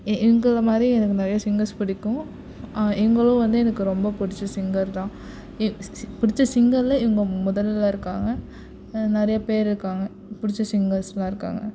இவங்களமாதிரி எனக்கு நிறைய சிங்கர்ஸ் பிடிக்கும் இவர்களும் வந்து எனக்கு ரொம்ப பிடிச்ச சிங்கர் தான் பிடிச்ச சிங்கரில் இவங்க முதலில் இருக்காங்க நிறையப்பேர் இருக்காங்க பிடிச்ச சிங்கர்ஸெலாம் இருக்காங்க